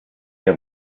have